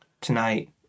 tonight